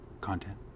Content